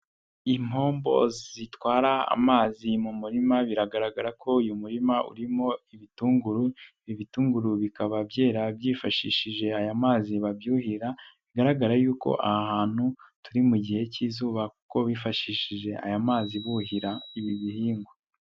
impombo zitwara amazi mu murima biragaragara ko uyu murima urimo ibitunguru , ibitunguru bikaba byara byifashishije aya mazi babyuhira, bigaragara yuko ahantu turi mu gihe cy'izuba kuko bifashishije aya mazi buhira ibi bihingwa.